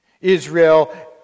Israel